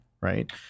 Right